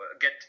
Get